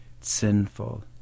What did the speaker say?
sinful